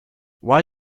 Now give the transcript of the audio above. why